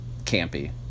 campy